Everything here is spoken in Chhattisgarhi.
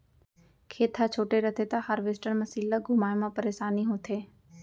खेत ह छोटे रथे त हारवेस्टर मसीन ल घुमाए म परेसानी होथे